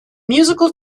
musical